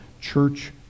church